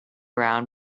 round